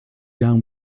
down